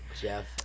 Jeff